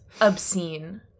obscene